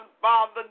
Father